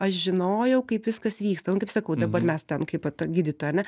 aš žinojau kaip viskas vyksta nu kaip sakau dabar mes ten kaip vat ta gydytoja ane